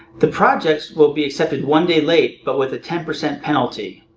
the projects will be accepted one day late, but with a ten percent penalty.